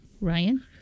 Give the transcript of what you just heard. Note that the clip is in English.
Ryan